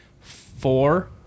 four